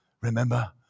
Remember